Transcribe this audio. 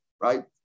right